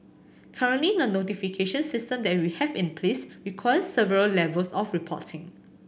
currently the notification system that we have in place requires several levels of reporting